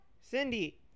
Cindy